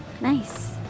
Nice